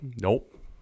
Nope